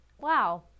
wow